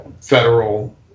federal